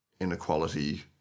Inequality